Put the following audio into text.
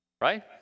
Right